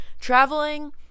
traveling